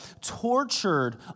tortured